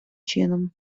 чином